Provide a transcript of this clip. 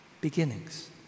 beginnings